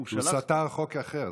הוא סתר חוק אחר.